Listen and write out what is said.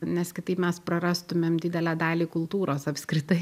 nes kitaip mes prarastumėm didelę dalį kultūros apskritai